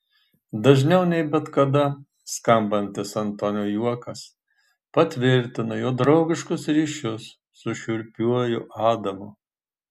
dažniau nei bet kada skambantis antonio juokas patvirtina jo draugiškus ryšius su šiurpiuoju adamu